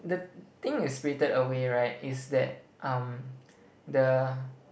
the thing with spirited away right is that um the